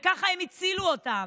וככה הם הצילו אותם.